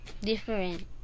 different